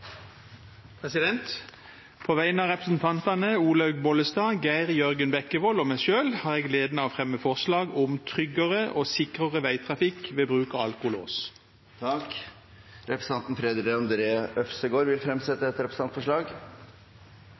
representantforslag. På vegne av representantene Olaug V. Bollestad, Geir Jørgen Bekkevold og meg selv har jeg gleden av å fremme et forslag om tryggere og sikrere veitrafikk ved bruk av alkolås. Representanten Freddy André Øvstegård vil fremsette et representantforslag.